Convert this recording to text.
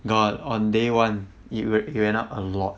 got on day one i~ it went up a lot